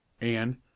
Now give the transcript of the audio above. And